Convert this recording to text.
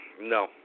No